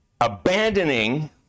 abandoning